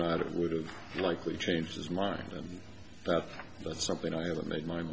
not it would have likely changed his mind and that's something i'll make my